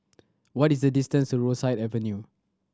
what is the distance to Rosyth Avenue